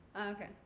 Okay